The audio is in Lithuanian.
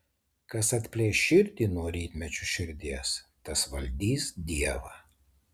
kas atplėš širdį nuo rytmečio širdies tas valdys dievą